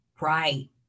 Right